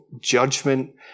judgment